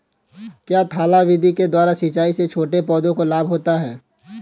क्या थाला विधि के द्वारा सिंचाई से छोटे पौधों को लाभ होता है?